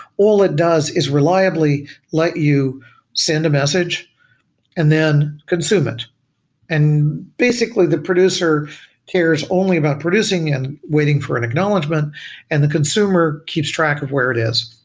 all it does is reliably let you send a message and then consume it and basically, the producer cares only about producing and waiting for an acknowledgment and the consumer keeps track of where it is.